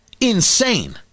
Insane